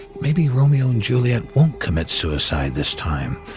maybe romeo and juliet won't commit suicide this time.